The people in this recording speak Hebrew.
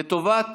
לטובת